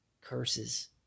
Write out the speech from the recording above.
Curses